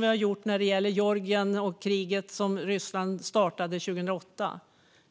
vi gjorde när det gällde Georgien och kriget som Ryssland startade 2008.